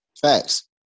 Facts